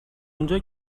اونجایی